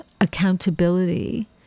accountability